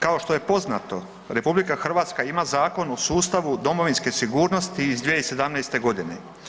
Kao što je poznato, RH ima Zakon o sustavu domovinske sigurnosti iz 2017.g.